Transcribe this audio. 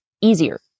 easier